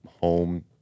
home